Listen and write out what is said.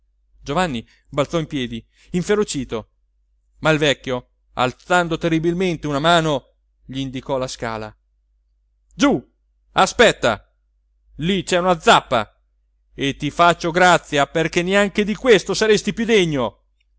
balzò in piedi inferocito ma il vecchio alzando terribilmente una mano gli indicò la scala giù aspetta lì c'è una zappa e ti faccio grazia perché neanche di questo saresti più degno